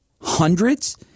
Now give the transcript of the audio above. hundreds